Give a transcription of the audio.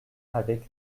avec